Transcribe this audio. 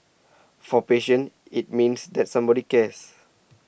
for patients it means that somebody cares